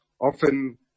Often